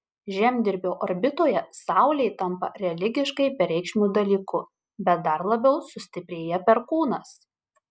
žemdirbio orbitoje saulė tampa religiškai bereikšmiu dalyku bet dar labiau sustiprėja perkūnas